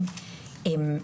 של